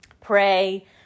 pray